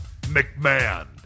McMahon